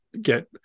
get